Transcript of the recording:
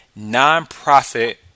nonprofit